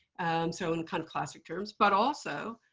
so in kind of classic terms. but also,